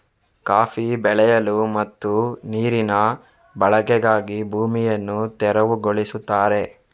coffee ಬೆಳೆಯಲು ಮತ್ತು ನೀರಿನ ಬಳಕೆಗಾಗಿ ಭೂಮಿಯನ್ನು ತೆರವುಗೊಳಿಸುತ್ತಾರೆ